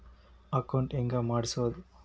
Account ಹೆಂಗ್ ಮಾಡ್ಸೋದು?